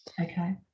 Okay